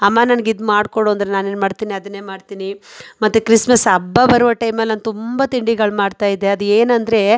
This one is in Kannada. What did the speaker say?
ಅಮ್ಮ ನನಗೆ ಇದು ಮಾಡಿಕೊಡು ಅಂದರೆ ನಾನೇನು ಮಾಡ್ತೀನಿ ಅದನ್ನೇ ಮಾಡ್ತೀನಿ ಮತ್ತು ಕ್ರಿಸ್ಮಸ್ ಹಬ್ಬ ಬರುವ ಟೈಮಲಿ ನಾನು ತುಂಬ ತಿಂಡಿಗಳು ಮಾಡ್ತಾಯಿದ್ದೆ ಅದು ಏನೆಂದರೆ